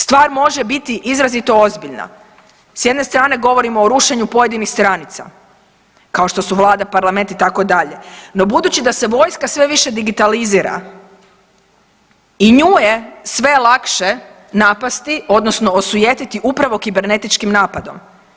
Stvar može biti izrazito ozbiljna, s jedne strane govorimo o rušenju pojedinih stranica kao što su vlada, parlament itd., no budući da se vojska sve više digitalizira i nju je sve lakše napasti odnosno osujetiti upravo kibernetičkim napadom.